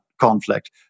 conflict